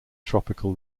tropical